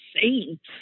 saints